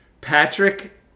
Patrick